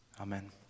amen